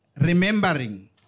remembering